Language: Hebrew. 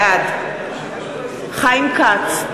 בעד חיים כץ,